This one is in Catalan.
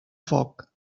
foc